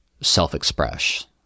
self-express